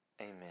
Amen